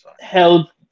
held